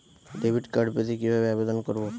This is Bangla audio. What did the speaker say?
ডেবিট কার্ড পেতে কিভাবে আবেদন করব?